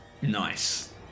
Nice